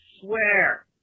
swear